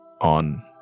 on